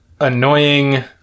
annoying